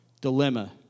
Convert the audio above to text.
dilemma